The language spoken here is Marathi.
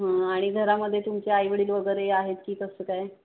हां आणि घरामध्ये तुमचे आई वडील वगैरे आहेत की कसं काय